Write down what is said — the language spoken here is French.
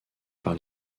par